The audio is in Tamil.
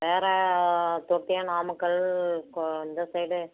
வேறு தொட்டியம் நாமக்கல் கொ இந்த சைடு